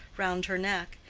round her neck,